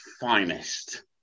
finest